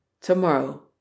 Tomorrow